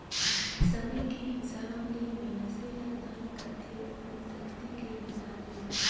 समे के हिसाब ले मइनसे हर दान करथे अपन सक्ति के हिसाब ले